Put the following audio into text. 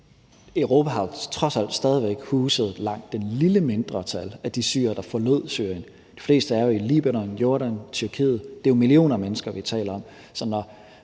trods alt stadig væk har huset langt det mindste antal af de syrere, der forlod Syrien. De fleste er jo i Libanon, Jordan, Tyrkiet – det er jo millioner af mennesker, vi taler om